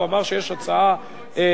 הוא אמר שיש הצעה מתואמת,